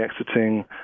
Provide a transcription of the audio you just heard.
exiting